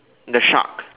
the shark